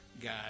guys